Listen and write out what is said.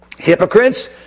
Hypocrites